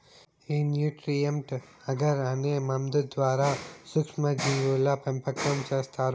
ఈ nutrient agar అనే మందు ద్వారా సూక్ష్మ జీవుల పెంపకం చేస్తారు